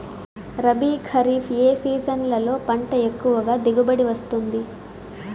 రబీ, ఖరీఫ్ ఏ సీజన్లలో పంట ఎక్కువగా దిగుబడి వస్తుంది